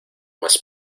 más